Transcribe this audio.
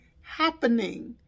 happening